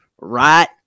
right